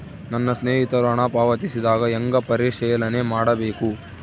ನನ್ನ ಸ್ನೇಹಿತರು ಹಣ ಪಾವತಿಸಿದಾಗ ಹೆಂಗ ಪರಿಶೇಲನೆ ಮಾಡಬೇಕು?